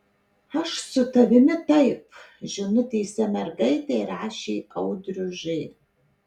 aš su tavimi taip žinutėse mergaitei rašė audrius ž